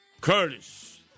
Curtis